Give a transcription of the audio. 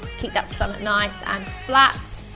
keep that stomach nice and flat.